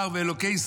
ואלוקי ישראל,